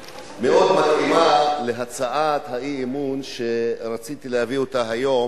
מאוד להצעת האי-אמון שרציתי להביא היום,